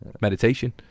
meditation